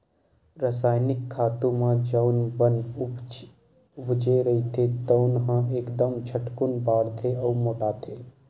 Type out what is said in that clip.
रसायनिक खातू म जउन बन उपजे रहिथे तउन ह एकदम झटकून बाड़थे अउ मोटाथे